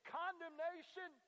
condemnation